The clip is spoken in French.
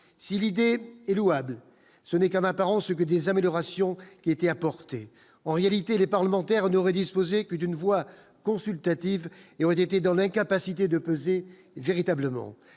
si et l'ce n'est qu'en apparence que des améliorations qui était en réalité les parlementaires aurait disposer que d'une voix consultative et aurait été dans l'incapacité de peser véritablement